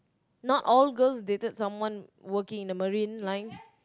not all girls dated someone working in the marine line